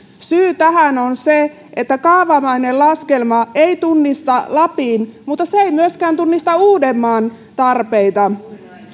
syy tähän on se että kaavamainen laskelma ei tunnista lapin tarpeita mutta se ei myöskään tunnista uudenmaan tarpeita